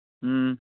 ꯎꯝ